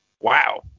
wow